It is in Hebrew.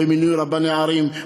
במינוי רבני ערים,